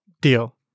Deal